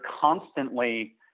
constantly